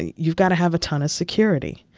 you've got to have a ton of security.